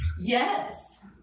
yes